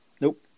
Nope